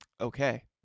okay